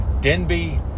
Denby